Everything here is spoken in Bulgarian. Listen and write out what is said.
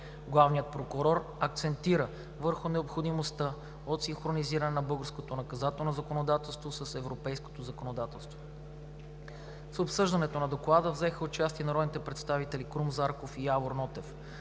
Главният прокурор акцентира върху необходимостта от синхронизиране на българското наказателно законодателство с европейското законодателство. В обсъждането на Доклада взеха участие народните представители Крум Зарков и Явор Нотев.